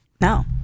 no